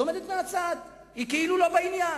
היא עומדת מהצד, היא כאילו לא בעניין.